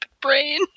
brain